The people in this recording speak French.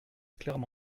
clairement